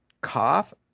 cough